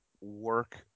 work